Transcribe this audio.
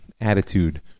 attitude